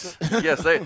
yes